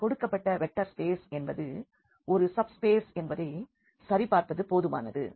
அந்த கொடுக்கப்பட்ட vector space என்பது ஒரு சப்ஸ்பேஸ் என்பதை சரிபார்ப்பது போதுமானது